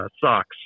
socks